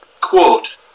Quote